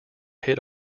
hit